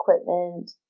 equipment